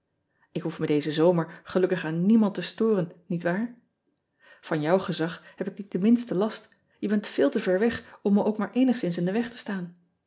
k hoef me dezen zomer gelukkig aan niemand te storen niet waar an jouw gezag heb ik niet de minste last je bent veel te ver weg om me ook maar eenigszins in den weg te staan